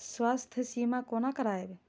स्वास्थ्य सीमा कोना करायब?